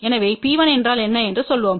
எனவே P1என்றால்என்ன என்று சொல்வோம்